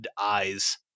eyes